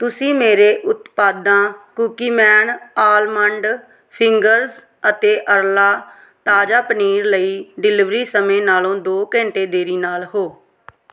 ਤੁਸੀਂ ਮੇਰੇ ਉਤਪਾਦਾਂ ਕੂਕੀਮੈਨ ਆਲਮੰਡ ਫ਼ਿੰਗਰਜ਼ ਅਤੇ ਅਰਲਾ ਤਾਜ਼ਾ ਪਨੀਰ ਲਈ ਡਿਲੀਵਰੀ ਸਮੇਂ ਨਾਲੋਂ ਦੋ ਘੰਟੇ ਦੇਰੀ ਨਾਲ ਹੋ